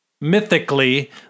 mythically